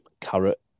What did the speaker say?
carrot